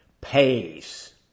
pays